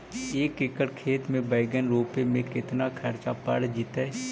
एक एकड़ खेत में बैंगन रोपे में केतना ख़र्चा पड़ जितै?